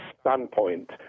standpoint